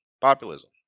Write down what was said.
Populism